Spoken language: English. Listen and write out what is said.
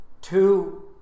Two